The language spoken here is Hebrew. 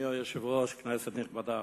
אדוני היושב-ראש, כנסת נכבדה,